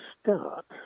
start